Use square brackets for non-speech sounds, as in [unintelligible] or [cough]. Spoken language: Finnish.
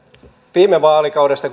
viime vaalikaudesta [unintelligible]